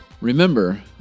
remember